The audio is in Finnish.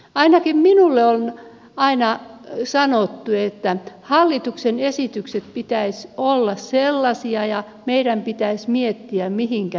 ainakin minulle on aina sanottu että hallituksen esitysten pitäisi olla sellaisia että meidän pitäisi miettiä mihinkä ne johtavat